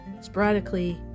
sporadically